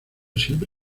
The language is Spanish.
siempre